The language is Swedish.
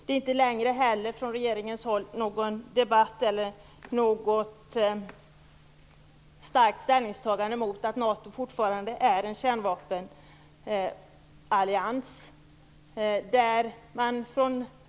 Det förs inte heller från regeringshåll någon debatt eller görs ett starkt ställningstagande mot att NATO fortfarande är en kärnvapenallians.